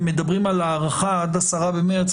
ומדברים על הארכה עד 10 במרץ,